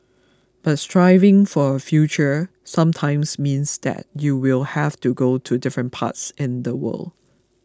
but striving for a future sometimes means that you will have to go to different pass in the world